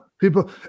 people